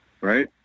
right